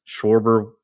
Schwarber